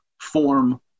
form